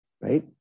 Right